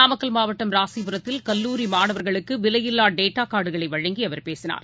நாமக்கல் மாவட்டம் ராசிபுரத்தில் கல்லூரி மாணவர்களுக்குவிலையில்லாடேட்டாகார்டுகளைவழங்கி அவர் பேசினார்